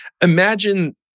imagine